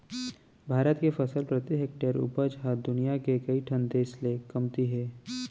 भारत के फसल प्रति हेक्टेयर उपज ह दुनियां के कइ ठन देस ले कमती हे